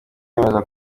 yemeza